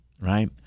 right